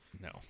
No